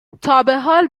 تابحال